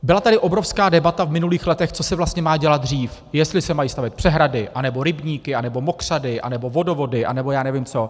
Byla tady obrovská debata v minulých letech, co se vlastně má dělat dřív, jestli se mají stavět přehrady, anebo rybníky, anebo mokřady, anebo vodovody, anebo já nevím co.